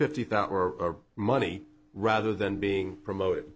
fifty thousand or money rather than being promoted